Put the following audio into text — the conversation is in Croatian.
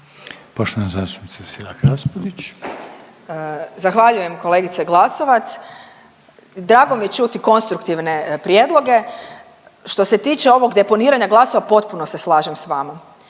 (Nezavisni)** Zahvaljujem kolegice Glasovac. Drago mi je čuti konstruktivne prijedloge. Što se tiče ovog deponiranja glasova potpuno se slažem s vama,